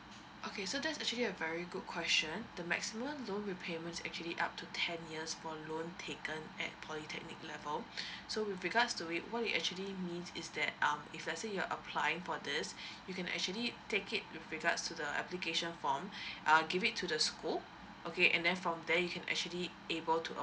okay so that's actually a very good question the maximum loan repayment actually up to ten years for loan taken at polytechnic level so with regards to it what we actually means is that um if let's say you're applying for this you can actually take it with regards to the application form uh give it to the school okay and then from there you can actually able to